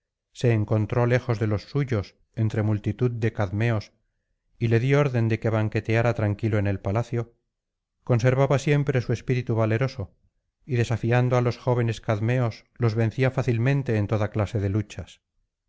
se encontró lejos de los suyos entre multitud de cadmeos y le di orden de que banqueteara tranquilo en el palacio conservaba siempre su espíritu valeroso y desafiando á los jóvenes cadmeos los vencía fácilmente en toda clase de luchas